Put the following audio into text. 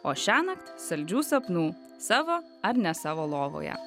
o šiąnakt saldžių sapnų savo ar ne savo lovoje